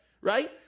right